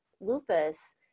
lupus